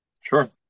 Sure